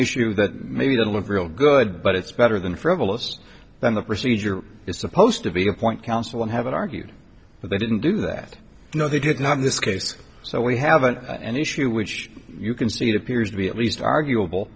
issue that made it look real good but it's better than frivolous than the procedure is supposed to be a point counsel haven't argued but they didn't do that no they did not in this case so we haven't an issue which you can see it appears to be at least arguable